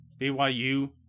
BYU